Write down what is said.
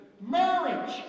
marriage